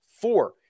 four